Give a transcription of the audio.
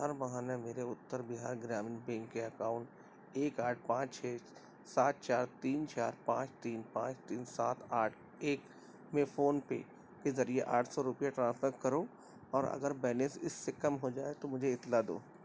ہر ماہانہ میرے اتر بہار گرامین بینک کے اکاؤنٹ ایک آٹھ پانچ چھ سات چار تین چار پانچ تین پانچ تین سات آٹھ ایک میں فون پے کے ذریعے آٹھ سو روپئے ٹرانسفر کرو اور اگر بیلنس اس سے کم ہو جائے تو مجھے اطلاع دو